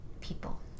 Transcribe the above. people